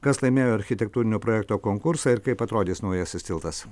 kas laimėjo architektūrinio projekto konkursą ir kaip atrodys naujasis tiltas